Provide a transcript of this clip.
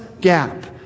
gap